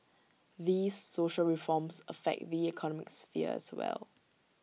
these social reforms affect the economic sphere as well